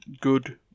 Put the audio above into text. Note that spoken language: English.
good